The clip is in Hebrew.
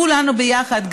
כולנו ביחד,